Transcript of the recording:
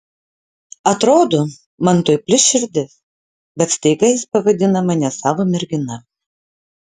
atrodo man tuoj plyš širdis bet staiga jis pavadina mane savo mergina